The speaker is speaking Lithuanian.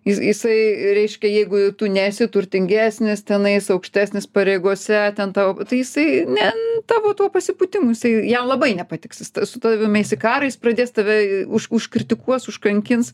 jis jisai reiškia jeigu tu nesi turtingesnis tenais aukštesnis pareigose ten tau tai jisai ne tavo tuo pasipūtimu jisai jam labai nepatiks jis su tavim eis į karą jis pradės tave už užkritikuos užkankins